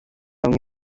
bamwe